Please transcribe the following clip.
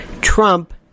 Trump